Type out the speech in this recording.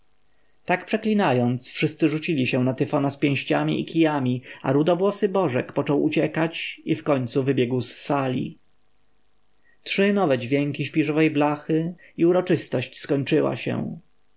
tak przeklinając wszyscy rzucili się na tyfona z pięściami i kijami a rudowłosy bożek począł uciekać i wkońcu wybiegł z sali trzy nowe dźwięki śpiżowej blachy i uroczystość skończyła się